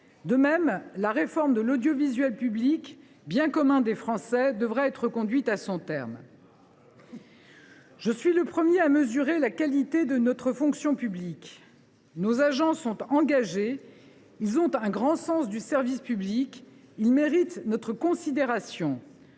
De même, la réforme de l’audiovisuel public, ce bien commun des Français, devra être conduite à son terme. « Je suis le premier à mesurer la qualité de notre fonction publique. Nos agents sont engagés. Ils ont un grand sens du service public et méritent notre considération.